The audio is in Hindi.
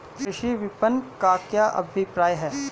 कृषि विपणन का क्या अभिप्राय है?